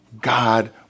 God